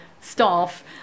staff